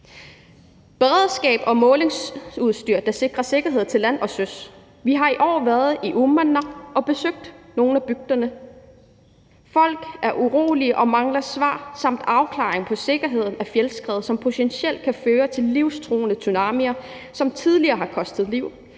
beredskabs- og målingsudstyr, der skal sikre sikkerhed til lands og til søs. Vi har i år været i Uummannaq og besøgt nogle af bygderne. Folk er urolige og mangler svar samt afklaring på sikkerheden i forhold til fjeldskred, som potentielt kan føre til livstruende tsunamier, som tidligere har kostet liv,